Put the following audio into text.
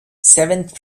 seventh